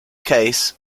case